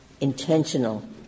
intentional